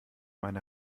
meine